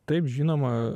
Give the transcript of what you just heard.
taip žinoma